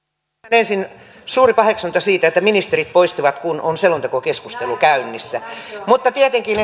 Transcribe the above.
ensin suuri paheksunta siitä että ministerit poistuvat kun on selontekokeskustelu käynnissä mutta tietenkin